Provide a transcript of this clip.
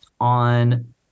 on